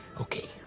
Okay